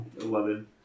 Eleven